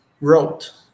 wrote